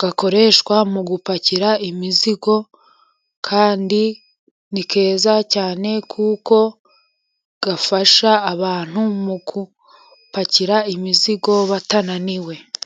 Gakoreshwa mu gupakira imizigo, kandi ni keza cyane, kuko gafasha abantu mu gupakira imizigo batananiwe.